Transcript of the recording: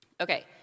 Okay